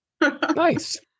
Nice